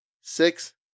six